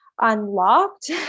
unlocked